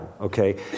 okay